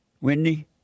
Wendy